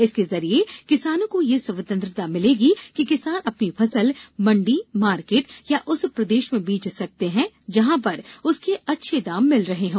इसके जरिए किसानों को यह स्वतंत्रता मिलेगी कि किसान अपनी फसल मंडी मार्केट या उस प्रदेश में बेच सकता है जहां पर उसके अच्छे दाम मिल रहे हैं